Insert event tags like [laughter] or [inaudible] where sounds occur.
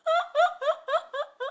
[laughs]